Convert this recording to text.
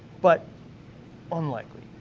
but unlikely.